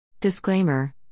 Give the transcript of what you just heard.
Disclaimer